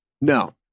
No